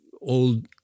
old